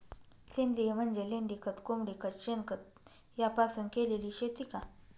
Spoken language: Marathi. सेंद्रिय म्हणजे लेंडीखत, कोंबडीखत, शेणखत यापासून केलेली शेती का?